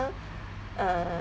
so uh